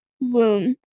womb